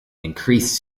increased